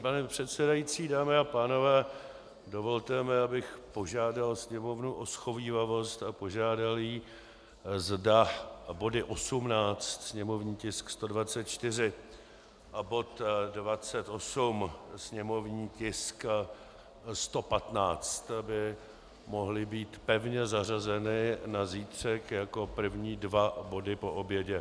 Pane předsedající, dámy a pánové, dovolte mi, abych požádal Sněmovnu o shovívavost a požádal ji, zda by bod 18, sněmovní tisk 124, a bod 28, sněmovní tisk 115, mohly být pevně zařazeny na zítřek jako první dva body po obědě.